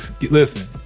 Listen